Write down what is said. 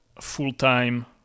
full-time